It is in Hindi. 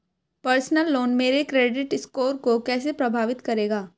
पर्सनल लोन मेरे क्रेडिट स्कोर को कैसे प्रभावित करेगा?